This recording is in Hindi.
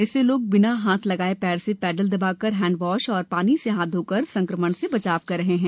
इससे लोग बिना हाथ लगाये पैर से पैडल दबाकर हैण्ड वॉश एवं पानी से हाथ धोकर संक्रमण से बचाव कर रहे हैं